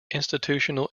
institutional